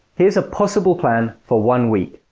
here's a possible plan for one week